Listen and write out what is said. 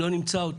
לא נמצא אותם.